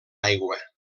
aigua